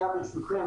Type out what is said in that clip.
ברשותכם,